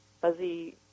fuzzy